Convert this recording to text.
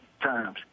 times